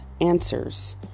answers